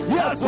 Yes